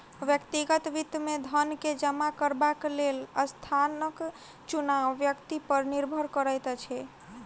व्यक्तिगत वित्त मे धन के जमा करबाक लेल स्थानक चुनाव व्यक्ति पर निर्भर करैत अछि